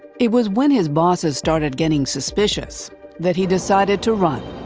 it was when his bosses started getting suspicious that he decided to run,